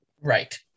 Right